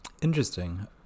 interesting